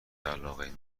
علاقه